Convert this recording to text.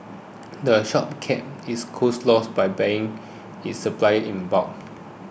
the shop keeps its costs low by buying its supplies in bulk